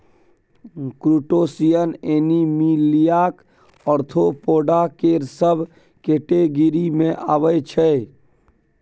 crustacean एनीमिलियाक arthropoda केर सब केटेगिरी मे अबै छै